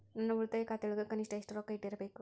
ನನ್ನ ಉಳಿತಾಯ ಖಾತೆಯೊಳಗ ಕನಿಷ್ಟ ಎಷ್ಟು ರೊಕ್ಕ ಇಟ್ಟಿರಬೇಕು?